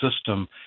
system